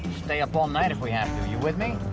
stay up all night if we with me?